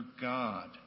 God